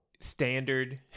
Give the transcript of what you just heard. standard